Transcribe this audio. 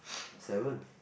seven